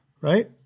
right